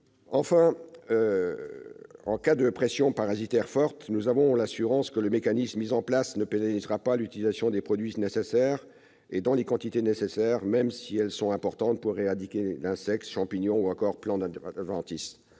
En cas de pression parasitaire forte, nous avons l'assurance que le mécanisme mis en place ne pénalisera pas l'utilisation des produits nécessaires et dans les quantités nécessaires, même si elles sont importantes, pour éradiquer insectes, champignons ou encore plantes adventices.